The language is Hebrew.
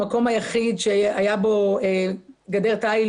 המקום היחיד שהיה בו גדר תיל,